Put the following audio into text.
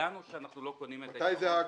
ידענו שאנחנו לא קונים את --- מתי זה היה?